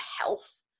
health